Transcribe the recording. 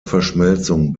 verschmelzung